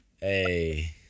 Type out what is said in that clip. Hey